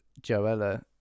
Joella